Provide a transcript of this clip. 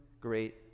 great